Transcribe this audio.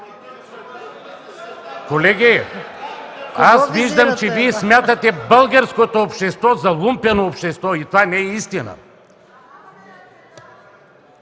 Колеги! Виждам, че Вие смятате българското общество за лумпен общество. Това не е истина!